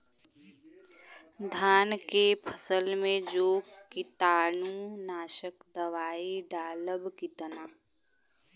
धान के फसल मे जो कीटानु नाशक दवाई डालब कितना?